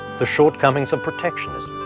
the shortcomings of protectionism,